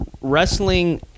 wrestling